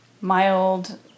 mild